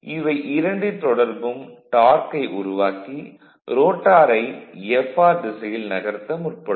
இவை இரண்டின் தொடர்பும் டார்க்கை உருவாக்கி ரோட்டாரை Fr திசையில் நகர்த்த முற்படும்